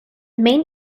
main